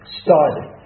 started